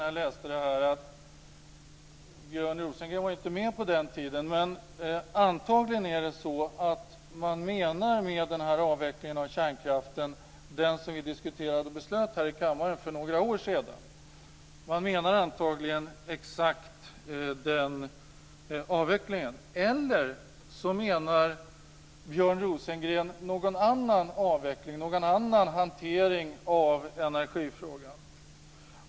När jag läste detta tänkte jag att man med denna avveckling av kärnkraften antagligen menar exakt den avveckling som vi diskuterade och fattade beslut om här i kammaren för några år sedan - på den tiden var ju inte Björn Rosengren med - eller också menar Björn Rosengren någon annan avveckling, någon annan hantering av energifrågan.